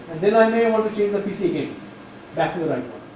then i may want to change the pc again back to the right